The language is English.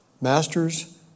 Masters